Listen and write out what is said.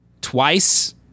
twice